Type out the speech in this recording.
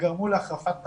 וגרמו להחרפת המצוקה.